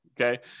Okay